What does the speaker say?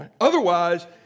Otherwise